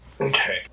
Okay